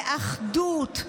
לאחדות,